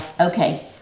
okay